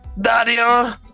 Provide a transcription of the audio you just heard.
Dario